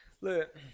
Look